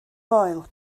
foel